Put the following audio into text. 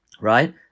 right